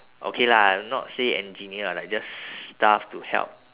okay lah not say engineer lah like just staff to help